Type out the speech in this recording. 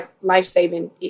life-saving